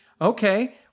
Okay